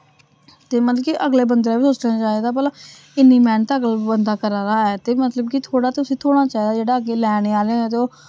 ते मतलब कि अगले बंदे ने बी सोचना चाहिदा भला इन्नी मैह्नत अगर बंदा करा दा ऐ ते मतलब कि थोह्ड़ा ते उस्सी थोह्ना चाहिदा जेह्ड़ा अग्गे लैने आह्ले न ते ओह्